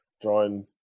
drawing